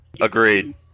Agreed